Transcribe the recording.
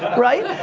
right?